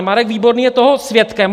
Marek Výborný je toho svědkem.